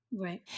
Right